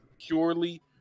purely